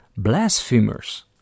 blasphemers